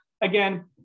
Again